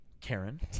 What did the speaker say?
Karen